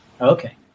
Okay